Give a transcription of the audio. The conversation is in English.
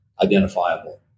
identifiable